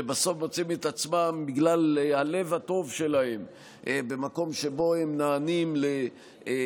ובסוף בגלל הלב הטוב שלהם מוצאים את עצמם במקום שבו הם נענים וחותמים